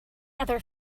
other